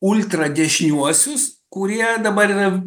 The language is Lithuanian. ultradešiniuosius kurie dabar yra